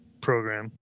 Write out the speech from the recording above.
program